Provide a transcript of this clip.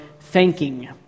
thanking